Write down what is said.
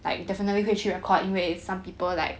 like definitely 会去 record 因为 some people like